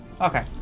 Okay